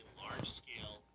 large-scale